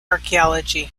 archaeology